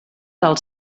del